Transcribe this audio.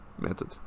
method